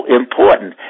important